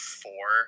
four